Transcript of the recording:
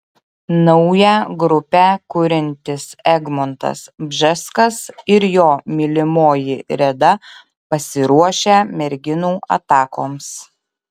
naują grupę kuriantis egmontas bžeskas ir jo mylimoji reda pasiruošę merginų atakoms